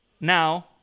Now